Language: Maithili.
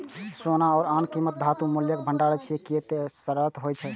सोना आ आन कीमती धातु मूल्यक भंडार छियै, कियै ते ओ शाश्वत होइ छै